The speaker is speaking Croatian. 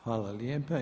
Hvala lijepa.